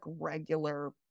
regular